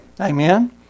Amen